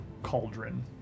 Cauldron